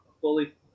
fully